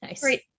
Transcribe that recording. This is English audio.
great